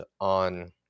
on